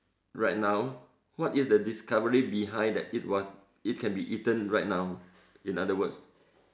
right now what is the discovery behind that it was it can be eaten right now in other words